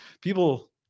people